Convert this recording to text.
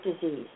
disease